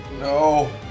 No